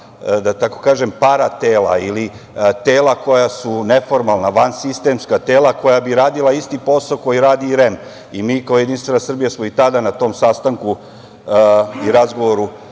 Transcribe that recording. da tako kažem, para-tela ili tela koja su neformalna, van sistemska tela koja bi radila isti posao koji radi i REM.Mi, kao JS, smo i tada na tom sastanku i razgovoru